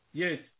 yes